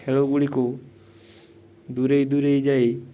ଖେଳ ଗୁଡ଼ିକୁ ଦୂରେଇ ଦୂରେଇ ଯାଇ